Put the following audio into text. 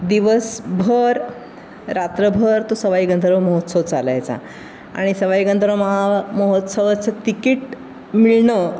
दिवसभर रात्रभर तो सवाई गंधर्व महोत्सव चालायचा आणि सवाई गंधर्व महा महोत्सवाचं तिकीट मिळणं